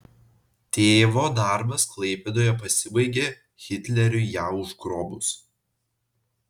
tėvo darbas klaipėdoje pasibaigė hitleriui ją užgrobus